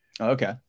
Okay